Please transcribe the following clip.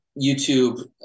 YouTube